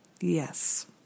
Yes